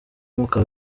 umwuka